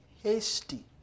hasty